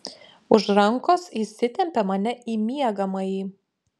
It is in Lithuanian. už rankos įsitempė mane į miegamąjį